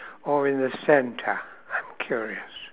or in the centre I'm curious